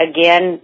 Again